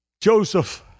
Joseph